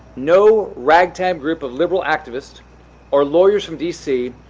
no ragtag group of liberal activists or lawyers from d c.